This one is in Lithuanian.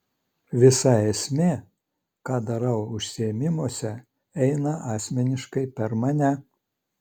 visa esmė ką darau užsiėmimuose eina asmeniškai per mane